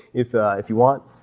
if ah if you want